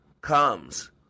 comes